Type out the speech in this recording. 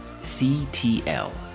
CTL